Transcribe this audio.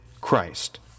Christ